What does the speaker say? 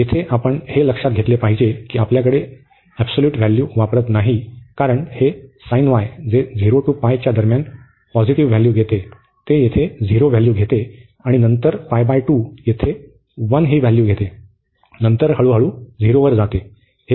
तर येथे आपण हे लक्षात घेतले पाहिजे की आपल्याकडे आपण एबसोल्यूट व्हॅल्यू वापरत नाही कारण हे जे दरम्यान पॉझिटिव्ह व्हॅल्यू घेते ते येथे झिरो व्हॅल्यू घेते आणि नंतर येथे 1 ही व्हॅल्यू घेते नंतर हळूहळू झिरोवर जाते